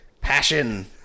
Passion